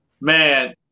Man